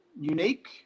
unique